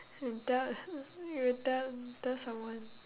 you tell you tell tell someone